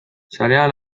sarean